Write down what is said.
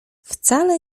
wcale